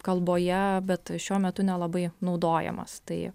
kalboje bet šiuo metu nelabai naudojamas tai